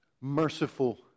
merciful